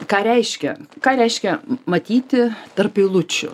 ką reiškia ką reiškia matyti tarp eilučių